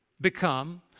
become